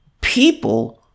People